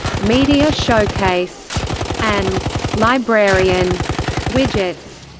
media showcase and librarian widgets.